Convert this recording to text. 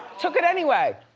took it anyway.